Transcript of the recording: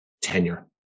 tenure